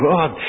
God